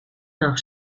nog